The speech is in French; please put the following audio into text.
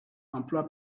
emploi